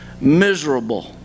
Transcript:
miserable